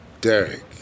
Derek